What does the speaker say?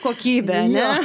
kokybę ane